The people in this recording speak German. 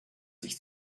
sich